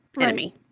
enemy